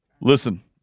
Listen